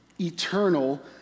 eternal